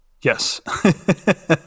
Yes